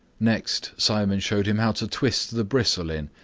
next simon showed him how to twist the bristle in,